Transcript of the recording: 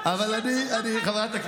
אבל אני, כי גבר לא צווח.